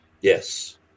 Yes